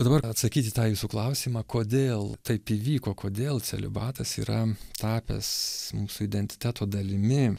ir dabar atsakyti į tą jūsų klausimą kodėl taip įvyko kodėl celibatas yra tapęs mūsų identiteto dalimi